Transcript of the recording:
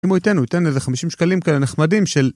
אם הוא ייתן, הוא ייתן איזה 50 שקלים כאלה נחמדים של...